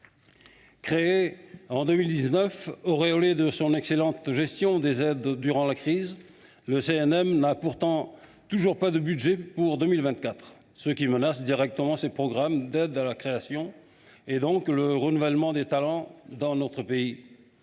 Créé en 2019, puis auréolé de son excellente gestion des aides durant la crise, le CNM n’a pourtant toujours pas de budget pour 2024, ce qui menace directement ses programmes d’aide à la création et, partant, le renouvellement des talents dans notre pays.